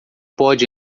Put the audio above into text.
pode